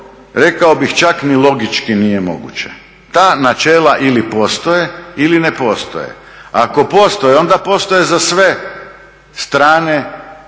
rekao bih čak ni logički nije moguće. Ta načela ili postoje ili ne postoje. A ako postoje onda postoje za sve strane